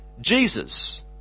Jesus